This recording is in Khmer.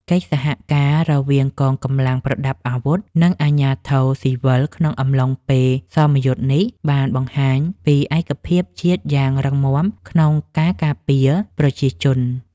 កិច្ចសហការរវាងកងកម្លាំងប្រដាប់អាវុធ និងអាជ្ញាធរស៊ីវិលក្នុងអំឡុងពេលសមយុទ្ធនេះ បានបង្ហាញពីឯកភាពជាតិយ៉ាងរឹងមាំក្នុងការការពារប្រជាជន។